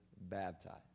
baptized